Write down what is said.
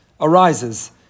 arises